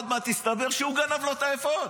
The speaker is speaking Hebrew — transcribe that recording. שעוד מעט יסתבר שהוא זה שגנב לו את האפוד.